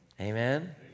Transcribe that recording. Amen